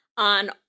On